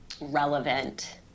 relevant